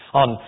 on